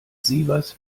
sievers